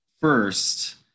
first